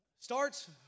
starts